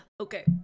Okay